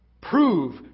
Prove